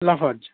Lafarge